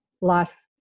life